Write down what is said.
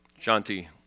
Shanti